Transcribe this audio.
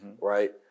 right